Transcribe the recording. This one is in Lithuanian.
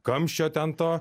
kamščio ten to